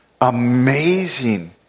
amazing